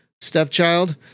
stepchild